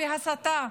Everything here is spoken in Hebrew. בהסתה.